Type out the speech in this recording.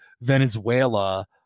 venezuela